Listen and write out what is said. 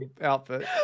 outfit